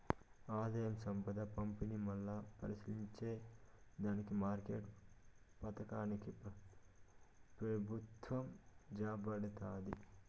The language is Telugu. ఆదాయం, సంపద పంపిణీ, మల్లా పరిశీలించే దానికి మార్కెట్ల పతనానికి పెబుత్వం జారబడతాది